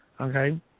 okay